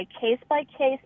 case-by-case